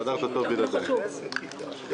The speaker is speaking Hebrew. אני